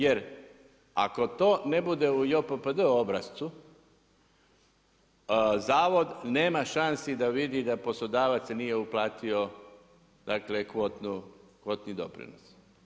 Jer, ako to ne bude u JPPD obrascu, zavod nema šanse da vidi da poslodavac nije uplatio kvotni doprinos.